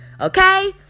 okay